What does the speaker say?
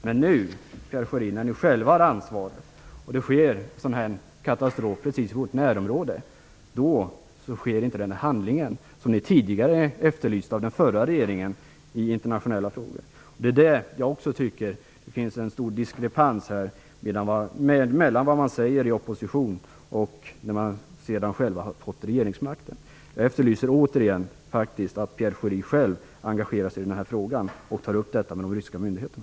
Men nu, Pierre Schori, när ni själva har ansvaret och det sker en katastrof precis i vårt närområde handlar ni inte så som ni tidigare efterlyste av den förra regeringen i internationella frågor. Där tycker jag att det finns en stor diskrepans mellan det man säger i opposition och det man gör när man själv har fått regeringsmakten. Jag efterlyser återigen att Pierre Schori själv engagerar sig i den här frågan och tar upp detta med de ryska myndigheterna.